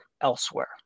elsewhere